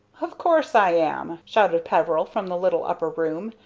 of course i am! shouted peveril from the little upper room,